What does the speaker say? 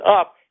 up